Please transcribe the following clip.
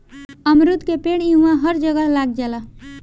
अमरूद के पेड़ इहवां हर जगह लाग जाला